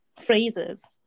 phrases